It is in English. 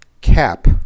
cap